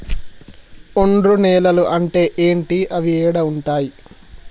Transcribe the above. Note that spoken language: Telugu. ఒండ్రు నేలలు అంటే ఏంటి? అవి ఏడ ఉంటాయి?